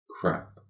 crap